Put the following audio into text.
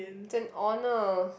it's an honour